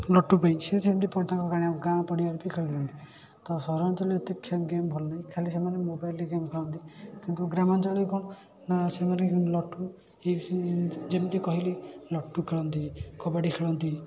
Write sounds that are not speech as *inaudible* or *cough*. ନଟୁ ପାଇଁ ସେ ଯେମିତି *unintelligible* ଗାଁ ପଡ଼ିଆରେ ବି ଖେଳିଦିଅନ୍ତି ତ ସହରାଞ୍ଚଳରେ ଏତେ ଖେ ଗେମ୍ ଭଲ ନାହିଁ ଖାଲି ସେମାନେ ମୋବାଇଲ୍ରେ ଖାଲି ଗେମ୍ ଖେଳନ୍ତି କିନ୍ତୁ ଗ୍ରାମାଞ୍ଚଳରେ କ'ଣ ନା ସେମାନେ ନଟୁ ଏହିସବୁ ଯେମିତି କହିଲି ନଟୁ ଖେଳନ୍ତି କବାଡ଼ି ଖେଳନ୍ତି